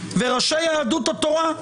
וראשי יהדות התורה,